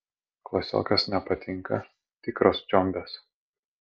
klasiokės nepatinka tikros čiombės